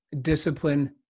discipline